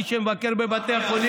מי שמבקר בבתי החולים,